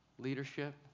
leadership